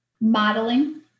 modeling